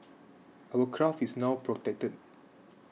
our craft is now protected